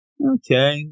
okay